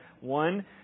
one